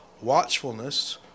watchfulness